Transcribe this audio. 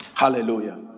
Hallelujah